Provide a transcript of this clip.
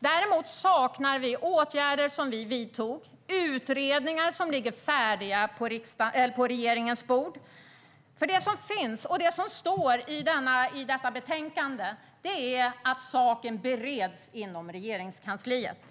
men vi saknar åtgärder som vi vidtog och färdiga utredningar som ligger på regeringens bord. Det som står i detta betänkande är nämligen: saken "bereds inom Regeringskansliet".